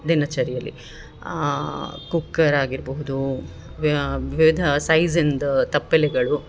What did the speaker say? ದಿನಚರಿಯಲ್ಲಿ cooker ಆಗಿರ್ಬಹುದು ವಿವಿಧ ಸೈಝಿಂದು ತಪ್ಪಲಿಗಳು